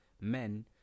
men